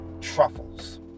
truffles